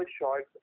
short